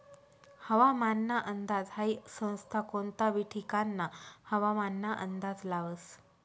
हवामानना अंदाज हाई संस्था कोनता बी ठिकानना हवामानना अंदाज लावस